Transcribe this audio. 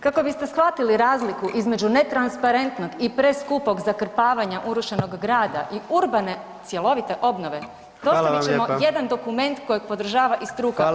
Kako biste shvatili razliku između netransparentnog i preskupog zakrpavanja urušenog grada i urbane cjelovite obnove [[Upadica: Hvala vam lijepa.]] dostavit ćemo jedan dokument kojeg podržava i struka.